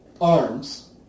arms